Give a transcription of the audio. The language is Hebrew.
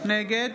נגד